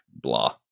blah